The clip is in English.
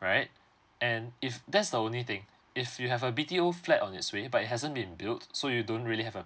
right and if that's the only thing if you have a B T O flat on its way but hasn't been built so you don't really have a